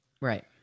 Right